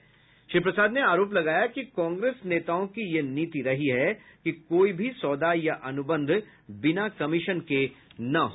श्री रविशंकर प्रसाद ने आरोप लगाया कि कांग्रेस नेताओं की यह नीति रही है कि कोई भी सौदा या अनुबंध बिना कमीशन के न हो